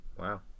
Wow